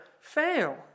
fail